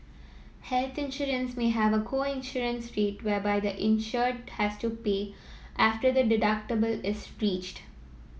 healthy insurance may have a co insurance rate whereby the insured has to pay after the deductible is reached